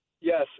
Yes